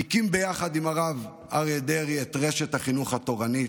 הקים ביחד עם הרב אריה דרעי את רשת החינוך התורנית,